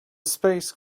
space